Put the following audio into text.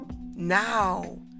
Now